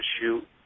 shoot